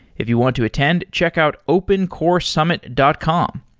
if you want to attend, check out opencoresummit dot com.